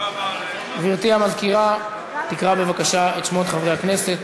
גברתי המזכירה תקרא בבקשה את שמות חברי הכנסת.